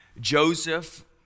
Joseph